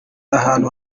ahantu